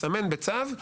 תסמן בצו,